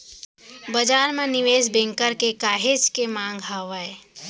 बजार म निवेस बेंकर के काहेच के मांग हावय